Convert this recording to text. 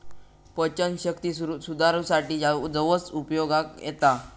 पचनशक्ती सुधारूसाठी जवस उपयोगाक येता